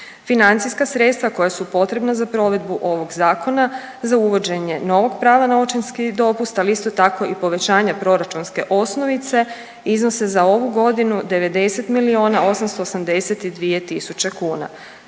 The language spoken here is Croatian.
Financijska sredstva koja su potrebna za provedbu ovog zakona za uvođenje novog prava na očinski dopust, ali isto tako i povećanja proračunske osnovice iznose za ovu godinu 90 miliona 882 tisuće kuna,